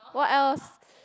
what else